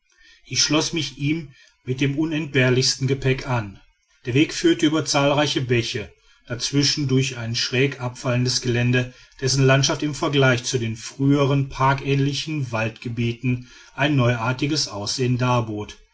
ich schloß mich ihm mit dem unentbehrlichsten gepäck an der weg führte über zahlreiche bäche dazwischen durch ein schräg abfallendes gelände dessen landschaft im vergleich zu den frühern parkähnlichen waldgebieten ein neuartiges aussehen